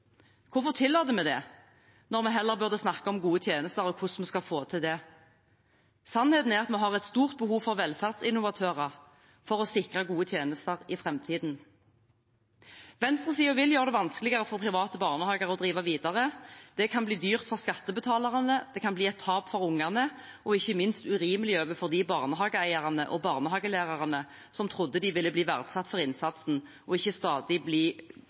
Hvorfor tillater vi det når vi heller burde snakke om gode tjenester og hvordan vi skal få til det? Sannheten er at vi har et stort behov for velferdsinnovatører for å sikre gode tjenester i framtiden. Venstresiden vil gjøre det vanskeligere for private barnehager å drive videre. Det kan bli dyrt for skattebetalerne, det kan bli et tap for barna, og ikke minst urimelig overfor de barnehageeierne og barnehagelærerne som trodde de ville bli verdsatt for innsatsen, og ikke stadig bli